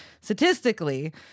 statistically